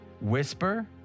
whisper